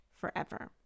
forever